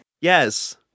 Yes